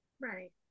Right